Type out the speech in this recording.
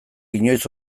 inoiz